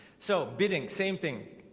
so bidding same thing.